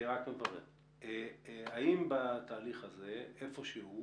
האם בתהליך הזה איפשהו